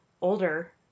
older